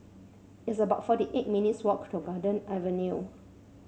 it's about forty eight minutes' walk to Garden Avenue